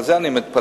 בגלל זה אני מתפלא.